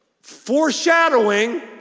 foreshadowing